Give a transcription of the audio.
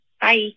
Bye